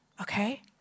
Okay